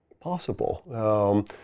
possible